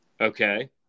Okay